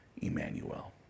Emmanuel